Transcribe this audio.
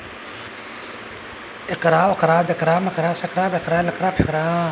एक्क गो खेत मे बेसी खाद आ मेहनत कए कय अनाज बेसी उपजाएल जा सकैए